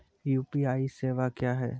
UPI सेवा क्या हैं?